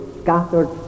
scattered